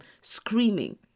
screaming